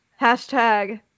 hashtag